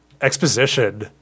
exposition